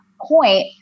point